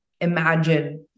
imagine